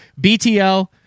BTL